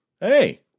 Hey